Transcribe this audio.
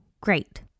great